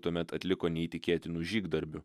tuomet atliko neįtikėtinų žygdarbių